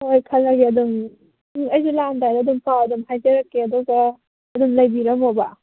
ꯍꯣꯏ ꯈꯜꯂꯒꯦ ꯑꯗꯨꯝ ꯑꯩꯁꯨ ꯂꯥꯛꯑꯝꯗꯥꯏꯗ ꯑꯗꯨꯝ ꯄꯥꯎ ꯑꯗꯨꯝ ꯍꯥꯏꯖꯔꯛꯀꯦ ꯑꯗꯨꯒ ꯑꯗꯨꯝ ꯂꯩꯕꯤꯔꯝꯃꯣꯕ